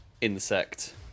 insect